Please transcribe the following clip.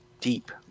Deep